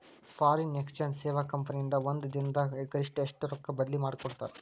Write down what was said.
Foreign exchange ಸೇವಾ company ಇಂದಾ ಒಂದ್ ದಿನ್ ದಾಗ್ ಗರಿಷ್ಠ ಎಷ್ಟ್ ರೊಕ್ಕಾ ಬದ್ಲಿ ಮಾಡಿಕೊಡ್ತಾರ್?